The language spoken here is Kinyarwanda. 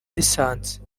lisansi